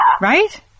right